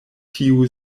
tiu